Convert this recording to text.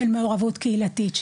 של מעורבות קהילתית,